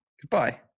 goodbye